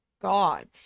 God